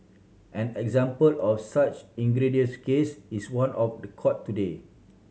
an example of such egregious case is one of the court today